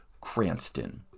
Cranston